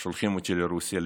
אז שולחים אותי לרוסיה,